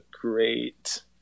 great